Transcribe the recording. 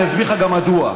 אני אסביר לך גם מדוע: